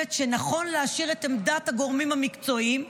שנכון להשאיר את עמדת הגורמים המקצועיים,